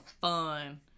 fun